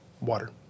water